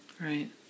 right